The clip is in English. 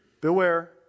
Beware